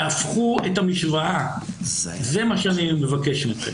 תהפכו את המשוואה, זה מה שאני מבקש מכם.